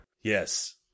Yes